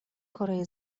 کره